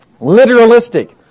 literalistic